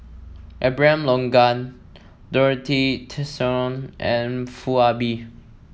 Abraham Logan Dorothy Tessensohn and Foo Ah Bee